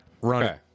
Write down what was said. Run